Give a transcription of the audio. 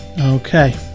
Okay